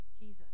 Jesus